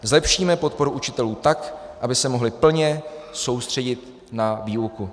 Zlepšíme podporu učitelů tak, aby se mohli plně soustředit na výuku.